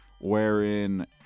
wherein